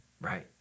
right